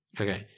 okay